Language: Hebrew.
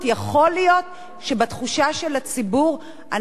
יכול להיות שבתחושה של הציבור אנחנו,